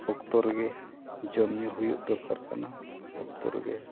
ᱚᱠᱛᱚ ᱨᱮᱜᱮ ᱡᱚᱢ ᱧᱩ ᱦᱩᱭᱩᱜ ᱫᱚᱨᱠᱟᱨ ᱠᱟᱱᱟ ᱚᱠᱛᱚ ᱨᱮᱜᱮ